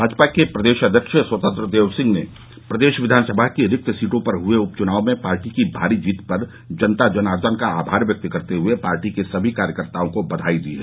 भाजपा के प्रदेश अध्यक्ष स्वतंत्र देव सिंह ने प्रदेश विधानसभा की रिक्त सीटों पर हए उप चुनाव में पार्टी की भारी जीत पर जनता जनार्दन का आभार व्यक्त करते हए पार्टी के सभी कार्यकर्ताओं को बधाई दी है